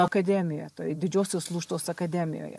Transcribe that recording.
akademijoje toj didžiosios lūšnos akademijoje